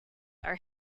are